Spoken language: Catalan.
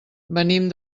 venim